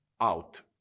out